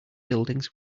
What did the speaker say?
buildings